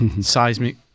seismic